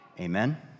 Amen